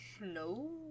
No